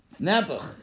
Nebuch